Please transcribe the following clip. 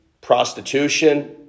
prostitution